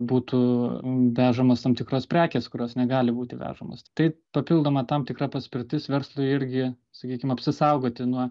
būtų vežamos tam tikros prekės kurios negali būti vežamos tai papildoma tam tikra paspirtis verslui irgi sakykim apsisaugoti nuo